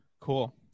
cool